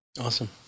Awesome